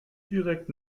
direkt